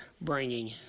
bringing